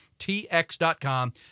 TX.com